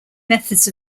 methods